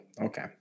Okay